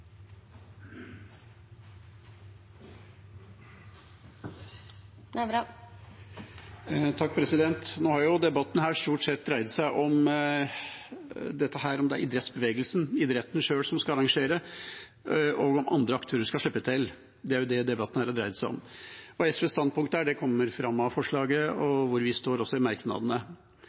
idrettsbevegelsen, idretten sjøl, som skal arrangere, og om andre aktører skal slippe til. Det er det debatten her har dreid seg om. SVs standpunkt og hvor vi står her, kommer fram av forslaget og i merknadene. Men jeg har lyst til å utdype litt mer replikken jeg hadde til statsråden. Statsråden fikk også